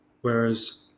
whereas